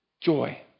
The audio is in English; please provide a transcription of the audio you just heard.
joy